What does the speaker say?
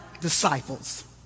disciples